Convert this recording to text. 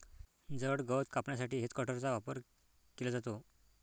जड गवत कापण्यासाठी हेजकटरचा वापर केला जातो